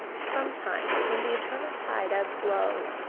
sometimes, when the eternal tide ebbs low,